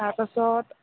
তাৰপাছত